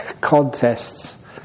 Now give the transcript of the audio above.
contests